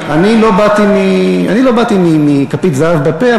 אני לא באתי ממציאות של כפית זהב בפה,